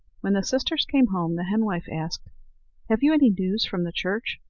when the sisters came home, the henwife asked have you any news from the church?